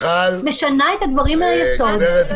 משנה את הדברים מהיסוד -- גברת וקסמן.